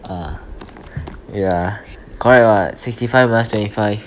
ah wait ah correct what sixty five minus twenty five